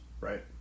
right